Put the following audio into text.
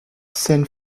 saint